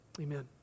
Amen